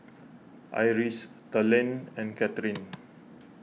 Iris Talen and Kathryne